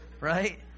Right